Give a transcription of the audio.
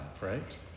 right